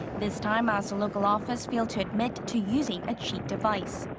this time, as the local office failed to admit to using a cheat device.